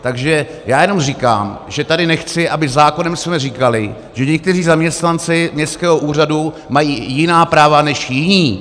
Takže já jenom říkám, že tady nechci, abychom zákonem říkali, že někteří zaměstnanci městského úřadu mají jiná práva než jiní.